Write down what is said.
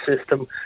system